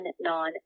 non